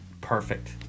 Perfect